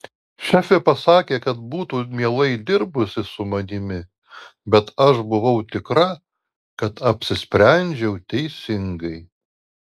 šefė pasakė kad būtų mielai dirbusi su manimi bet aš buvau tikra kad apsisprendžiau teisingai